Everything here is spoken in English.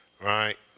right